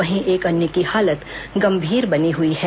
वहीं एक अन्य की हालत गंभीर बनी हुई है